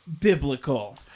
biblical